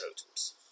totems